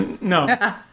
No